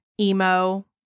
emo